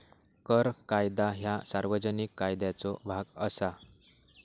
कर कायदा ह्या सार्वजनिक कायद्याचो भाग असा